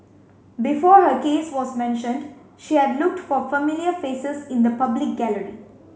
before her case was mentioned she had looked for familiar faces in the public gallery